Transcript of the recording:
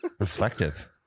reflective